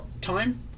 time